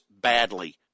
badly